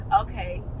Okay